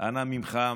אנא ממך,